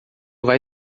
vai